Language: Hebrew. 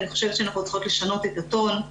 אני חושבת שאנחנו צריכות לשנות את הטון.